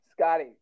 Scotty